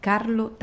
Carlo